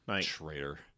Traitor